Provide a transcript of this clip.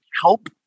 help